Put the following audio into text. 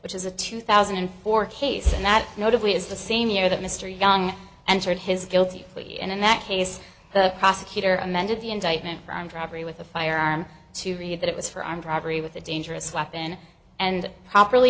which is a two thousand and four case and that notably is the same year that mr young answered his guilty plea and in that case the prosecutor amended the indictment for armed robbery with a firearm to read that it was for armed robbery with a dangerous weapon and properly